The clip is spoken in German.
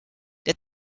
der